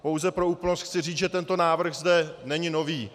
Pouze pro úplnost chci říct, že tento návrh zde není nový.